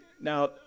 now